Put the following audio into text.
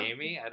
Amy